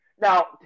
Now